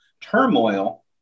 turmoil